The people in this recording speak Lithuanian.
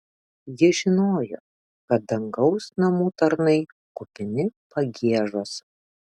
ji žinojo kad dangaus namų tarnai kupini pagiežos